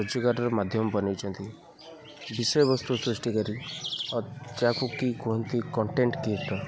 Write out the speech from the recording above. ରୋଜଗାରର ମାଧ୍ୟମ ବନେଇଛନ୍ତି ବିଷୟବସ୍ତୁ ସୃଷ୍ଟିକାରୀ ଯାହାକୁ କି କୁହନ୍ତି କଣ୍ଟେଣ୍ଟ କ୍ରିଏଟର